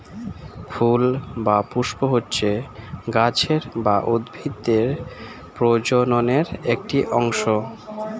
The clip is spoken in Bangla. ফুল বা পুস্প হচ্ছে গাছের বা উদ্ভিদের প্রজননের একটি অংশ